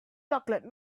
chocolate